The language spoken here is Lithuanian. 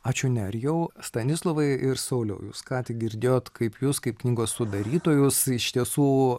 ačiū nerijau stanislovai ir sauliau jūs ką tik girdėjot kaip jus kaip knygos sudarytojus iš tiesų